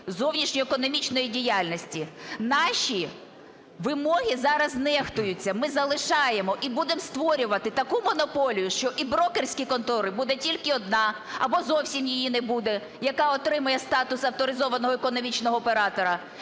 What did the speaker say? зовнішньоекономічної діяльності. Наші вимоги зараз нехтуються. Ми залишаємо і будемо створювати таку монополію, що і брокерська контора буде тільки одна або зовсім її не буде, яка отримає статус авторизованого економічного оператора.